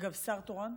אגב, שר תורן?